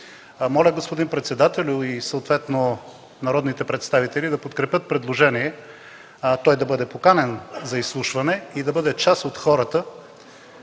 холдинг. Господин председателю, моля Вас и съответно народните представители да подкрепите предложение той да бъде поканен за изслушване и да бъде част от хората,